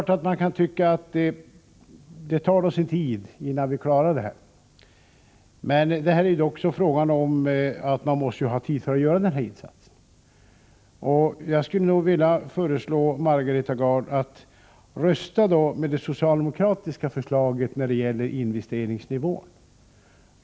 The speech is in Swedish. Visst kan man tycka att det tar sin tid innan vi klarar det här. Men det är också fråga om att man måste ha tid för att göra den här insatsen. Jag skulle nog vilja föreslå Margareta Gard att rösta med det socialdemokratiska förslaget när det gäller investeringsnivån.